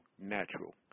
natural